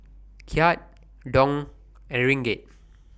Kyat Dong and Ringgit